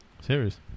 Serious